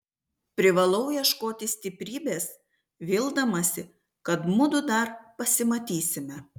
privalau ieškoti stiprybės vildamasi kad mudu dar pasimatysime